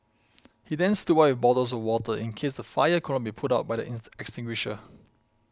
he then stood by with bottles of water in case the fire could not be put out by the extinguisher